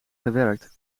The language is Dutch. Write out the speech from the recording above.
gewerkt